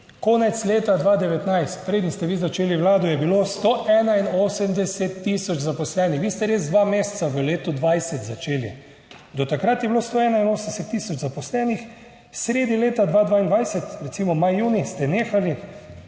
Konec leta 2019, preden ste vi začeli vlado, je bilo 181 tisoč zaposlenih, vi ste res dva meseca v letu 2020 začeli, do takrat je bilo 181 tisoč zaposlenih, sredi leta 2022. Recimo maj, junij ste nehali,